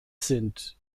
sind